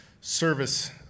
service